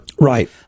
right